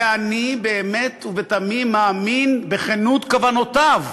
ואני באמת ובתמים מאמין בכנות כוונותיו